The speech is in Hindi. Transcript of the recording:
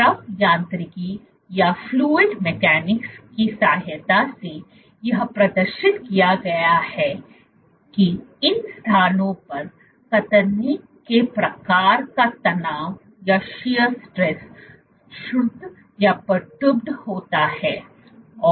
द्रव यांत्रिकी की सहायता से यह प्रदर्शित किया गया है कि इन स्थानों पर कतरनी के प्रकार का तनाव क्षुब्ध होता है